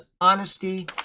honesty